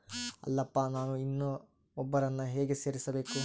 ಅಲ್ಲಪ್ಪ ನಾನು ಇನ್ನೂ ಒಬ್ಬರನ್ನ ಹೇಗೆ ಸೇರಿಸಬೇಕು?